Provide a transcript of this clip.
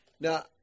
Now